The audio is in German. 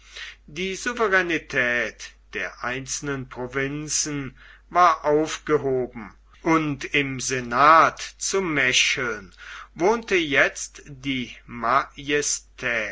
die souveränetät der einzelnen provinzen war aufgehoben und im senat zu mecheln wohnte jetzt die